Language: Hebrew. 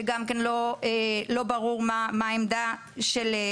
שגם כן לא ברור מה העמדה שלהם,